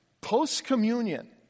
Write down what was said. post-communion